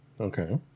Okay